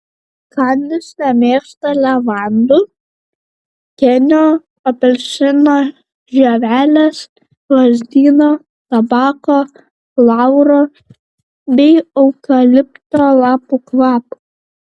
kandys nemėgsta levandų kėnio apelsino žievelės lazdyno tabako lauro bei eukalipto lapų kvapo